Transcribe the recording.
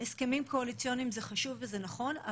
הסכמים קואליציוניים זה חשוב וזה נכון,